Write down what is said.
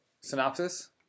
synopsis